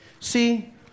See